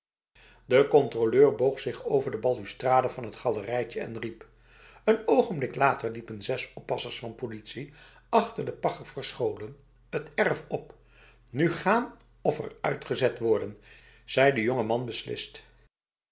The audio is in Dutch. de controleur boog zich over de balustrade van het galerijtje en riep een ogenblik later liepen zes oppassers van politie achter de pagger verscholen het erf op nu gaan of eruit gezet worden zei de jongeman beslist